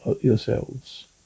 yourselves